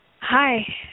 Hi